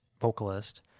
vocalist